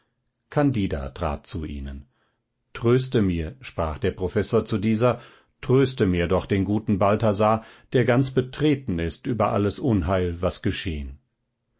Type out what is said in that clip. candida trat zu ihnen tröste mir sprach der professor zu dieser tröste mir doch den guten balthasar der ganz betreten ist über alles unheil was geschehen